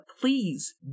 please